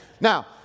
Now